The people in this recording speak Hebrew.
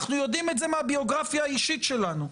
אנחנו יודעים את זה מהביוגרפיה האישית שלנו.